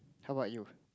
how about you